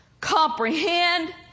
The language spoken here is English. comprehend